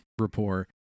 rapport